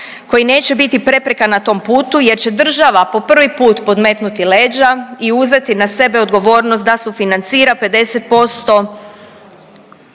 koji neće biti prepreka na tom putu jer će država po prvi put podmetnuti leđa i uzeti na sebe odgovornost da sufinancira 50%